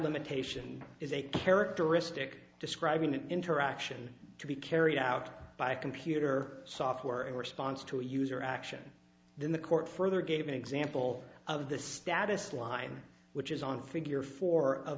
limitation is a characteristic describing an interaction to be carried out by computer software in response to user action then the court further gave an example of the status line which is on figure four